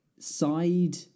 side